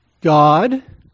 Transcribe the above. god